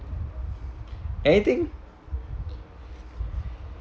anything